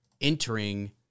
entering